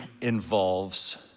involves